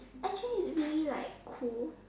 actually it's really like cool